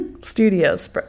studios